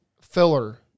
filler